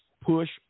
push